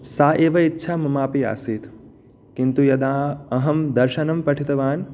सा एव इच्छा ममापि आसीत् किन्तु यदा अहं दर्शनं पठितवान्